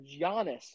Giannis